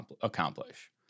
accomplish